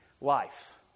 life